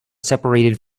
seperated